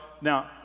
now